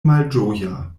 malĝoja